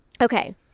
Okay